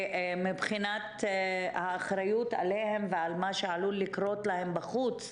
שמבחינת האחריות עליהם ועל מה שעלול לקרות להם בחוץ,